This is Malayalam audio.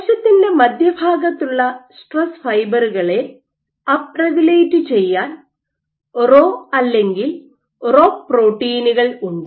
കോശത്തിൻറെ മധ്യഭാഗത്ത് ഉള്ള സ്ട്രെസ് ഫൈബറുകളെ അപ്പ് റെഗുലേറ്റ് ചെയ്യാൻ റോ അല്ലെങ്കിൽ റോക്ക് പ്രോട്ടീനുകൾ ഉണ്ട്